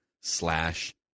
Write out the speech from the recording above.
slash